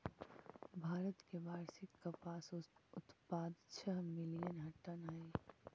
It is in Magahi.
भारत के वार्षिक कपास उत्पाद छः मिलियन टन हई